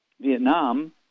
Vietnam